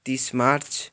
तिस मार्च